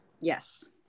Yes